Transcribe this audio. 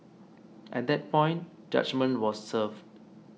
at that point judgement was reserved